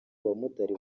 bamotari